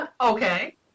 Okay